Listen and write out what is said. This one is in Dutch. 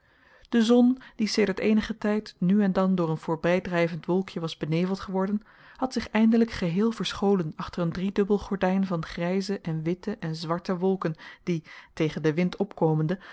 de zon die sedert eenigen tijd nu en dan door een voorbijdrijvend wolkje was beneveld geworden had zich eindelijk geheel verscholen achter een driedubbel gordijn van grijze en witte en zwarte wolken die tegen den wind opkomende